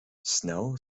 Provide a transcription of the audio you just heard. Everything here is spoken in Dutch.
snel